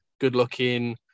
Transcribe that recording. good-looking